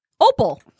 Opal